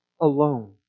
alone